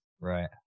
Right